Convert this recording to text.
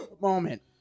moment